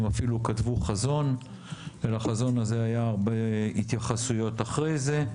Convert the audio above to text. הם אפילו כתבו חזון ולחזון הזה היה הרבה התייחסויות אחרי זה.